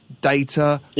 data